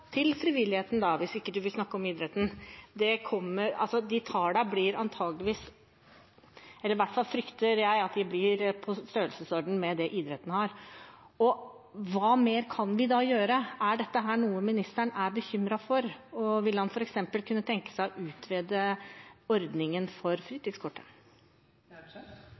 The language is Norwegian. frivilligheten, hvis ministeren ikke vil snakke om idretten, frykter jeg at de tallene blir i den størrelsesordenen som idretten har. Hva mer kan vi da gjøre? Er dette noe ministeren er bekymret for, og vil han f.eks. kunne tenke seg å utvide ordningen for